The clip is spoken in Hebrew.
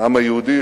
העם היהודי,